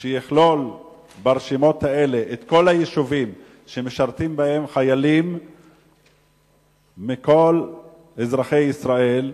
לכלול ברשימות האלה את כל היישובים שמשרתים בהם חיילים מכל אזרחי ישראל,